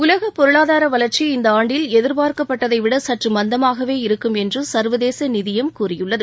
உலக பொருளாதார வளர்ச்சி இந்த ஆண்டில் எதிர்பார்க்கப்பட்டதைவிட சற்று மந்தமாகவே இருக்கும் என்று சர்வதேச நிதியம் கூறியுள்ளது